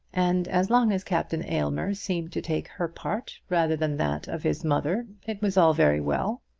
and as long as captain aylmer seemed to take her part rather than that of his mother it was all very well.